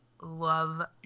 love